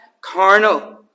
carnal